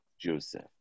Joseph